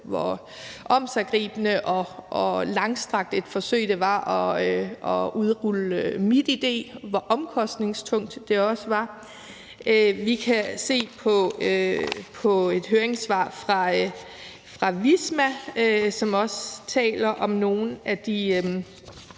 hvor omsiggribende og langstrakt et forsøg det var at udrulle MitID, og hvor omkostningstungt det også var. Vi kan også se et høringssvar fra Visma, hvor de taler om nogle af de